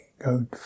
go